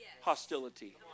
hostility